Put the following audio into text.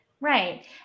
Right